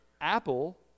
Apple